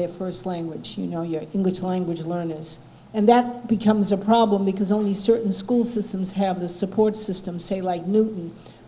their first language you know your english language learners and that becomes a problem because only certain school systems have the support system say like new